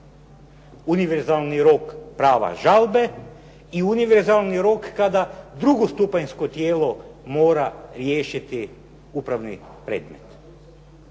Univerzalni rok prava žalbe i univerzalni rok kada drugostupanjsko tijelo mora riješiti upravni predmet.